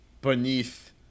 beneath